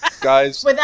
Guys